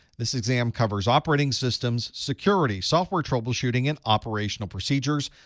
this exam covers operating systems, security, software troubleshooting, and operational procedures.